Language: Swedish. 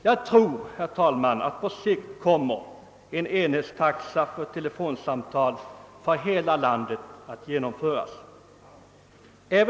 Jag tror, herr talman, att på sikt kommer en enhetstaxa för telefonsamtal inom hela landet att genomföras.